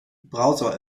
browser